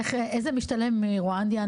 איזה משתלם רואנדי,